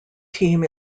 team